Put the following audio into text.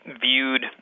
viewed